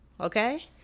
Okay